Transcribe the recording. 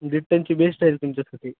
दीड टनची बेस्ट आहे तुमच्यासाठी